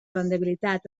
rendibilitat